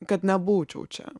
kad nebūčiau čia